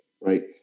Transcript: right